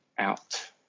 out